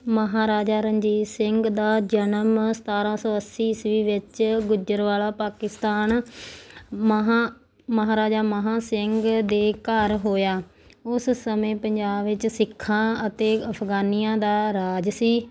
ਮਹਾਰਾਜਾ ਰਣਜੀਤ ਸਿੰਘ ਦਾ ਜਨਮ ਸਤਾਰਾਂ ਸੌ ਅੱਸੀ ਈਸਵੀ ਵਿੱਚ ਗੁੱਜਰਾਂਵਾਲਾ ਪਾਕਿਸਤਾਨ ਮਹਾਂ ਮਹਾਰਾਜਾ ਮਹਾਂ ਸਿੰਘ ਦੇ ਘਰ ਹੋਇਆ ਉਸ ਸਮੇਂ ਪੰਜਾਬ ਵਿੱਚ ਸਿੱਖਾਂ ਅਤੇ ਅਫਗਾਨੀਆਂ ਦਾ ਰਾਜ ਸੀ